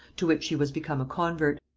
to which she was become a convert.